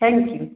thank you